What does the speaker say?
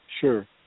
Sure